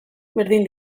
berdin